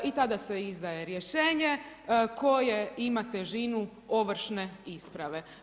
I tada se izdaje rješenje koje ima težinu ovršne isprave.